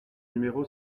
numéro